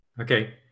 Okay